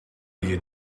you